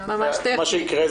מה שיקרה,